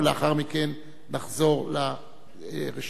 ולאחר מכן נחזור לרשימה.